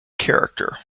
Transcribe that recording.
character